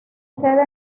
sede